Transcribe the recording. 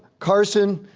carson,